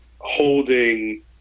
holding